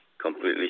completely